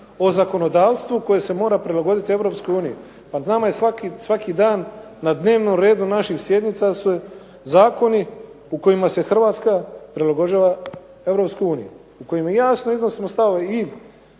o zakonodavstvu koje se mora prilagoditi Europskoj uniji. Pa nama je svaki dan na dnevnom redu naših sjednica su zakoni u kojima se Hrvatska prilagođava Europskoj uniji. U kojima jasno iznosimo stavove i